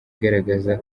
igaragaza